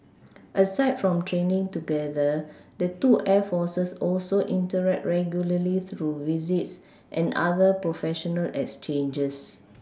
aside from training together the two air forces also interact regularly through visits and other professional exchanges